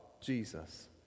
Jesus